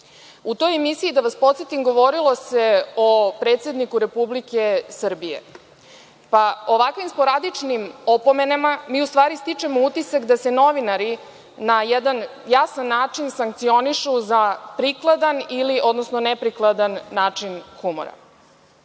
U toj emisiji, da vas podsetim, govorilo se o predsedniku Republike Srbije. Ovakvim sporadičnim opomenama, mi u stvari stičemo utisak da se novinari na jedan jasan način sankcionišu za prikladan ili neprikladan način humora.